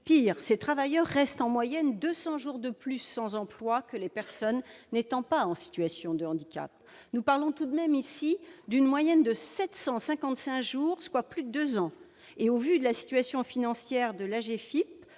Pire, ces travailleurs restent en moyenne 200 jours de plus sans emploi que les personnes n'étant pas en situation de handicap. Nous parlons tout de même ici d'une moyenne de 755 jours, soit plus de deux ans ! Au vu de la situation financière de l'AGEFIPH